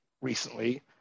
recently